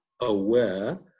aware